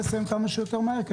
הדבר האחרון לגבי יידוע המשטרה,